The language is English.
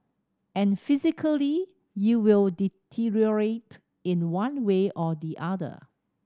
and physically you will deteriorate in one way or the other